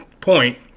point